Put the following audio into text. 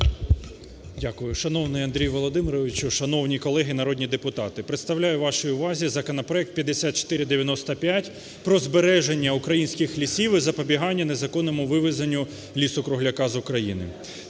Дякую. Шановний Андрій Володимирович! Шановні колеги, народні депутати! Представляю вашій увазі законопроект 5495 про збереження українських лісів і запобігання незаконному вивезенню лісу-кругляка з України.